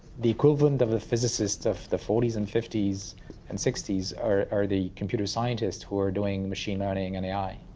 the equivalent of a physicist of the forty s and fifty s and sixty s are, are the computer scientists who are doing machine learning and a i.